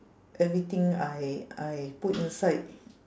everything I I put inside